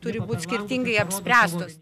turi būt skirtingai apspręstos